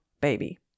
baby